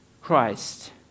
Christ